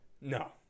No